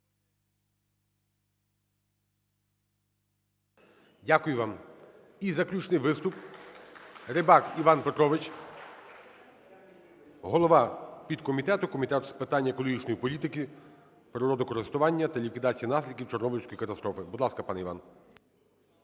Дякую вам. І заключний виступ – Рибак Іван Петрович, голова підкомітету Комітету з питань екологічної політики, природокористування та ліквідації наслідків Чорнобильської катастрофи. Будь ласка, пане Іван.